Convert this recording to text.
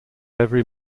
every